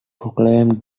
proclaimed